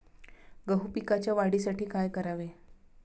गहू पिकाच्या वाढीसाठी काय करावे?